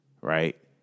right